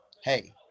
Hey